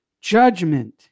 Judgment